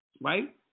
Right